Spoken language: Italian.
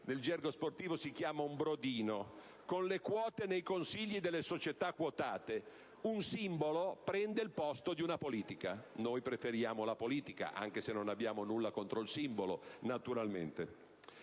nel gergo sportivo, si chiama «un brodino», con le quote nei consigli delle società quotate: un simbolo che prende il posto di una politica. Noi preferiamo la politica, anche se non abbiamo nulla contro il simbolo, naturalmente.